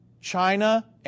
China